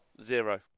zero